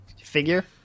figure